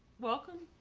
welcome,